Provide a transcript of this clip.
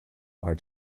are